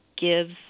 gives